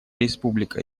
республика